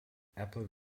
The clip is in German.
apple